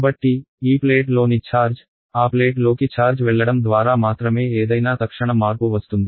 కాబట్టి ఈ ప్లేట్లోని ఛార్జ్ ఆ ప్లేట్లోకి ఛార్జ్ వెళ్లడం ద్వారా మాత్రమే ఏదైనా తక్షణ మార్పు వస్తుంది